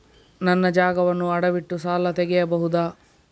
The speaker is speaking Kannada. ನನ್ನ ಜಾಗವನ್ನು ಅಡವಿಟ್ಟು ಸಾಲ ತೆಗೆಯಬಹುದ?